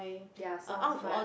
their songs but